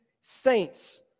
saints